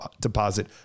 deposit